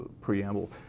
preamble